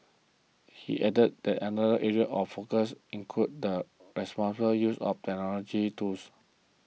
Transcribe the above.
he added that another area of focus includes the responsible use of technology tools